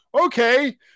okay